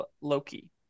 Loki